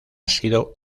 sido